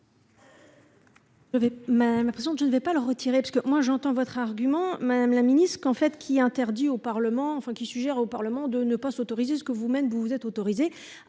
même l'impression que je ne vais pas leur retirer parce que moi j'entends votre argument madame la Ministre, qu'en fait, qui interdit au Parlement, enfin, qui suggère au Parlement de ne pas s'autoriser ce que vous-même vous vous êtes autorisés